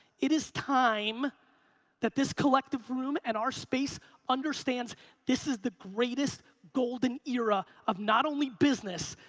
it is time that this collective room and our space understands this is the greatest golden era, of not only business,